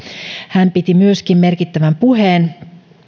hän piti merkittävän puheen